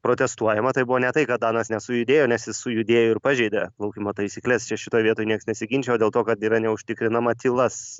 protestuojama tai buvo ne tai kad danas nesujudėjo nes jis sujudėjo ir pažeidė plaukimo taisykles čia šitoj vietoj niekas nesiginčijo dėl to kad yra neužtikrinama tyla s